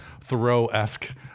Thoreau-esque